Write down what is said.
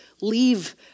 leave